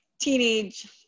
teenage